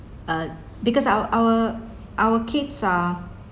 uh because our our our kids are